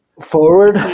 forward